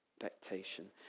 expectation